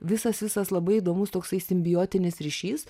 visas visas labai įdomus toksai simbiotinis ryšys